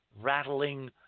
rattling